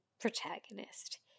protagonist